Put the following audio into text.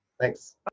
thanks